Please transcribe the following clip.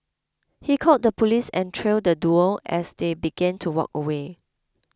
he called the police and trailed the duo as they began to walk away